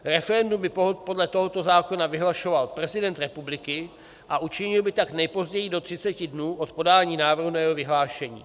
Referendum by podle tohoto zákona vyhlašoval prezident republiky a učinil by tak nejpozději do 30 dnů od podání návrhu na jeho vyhlášení.